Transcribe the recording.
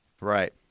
Right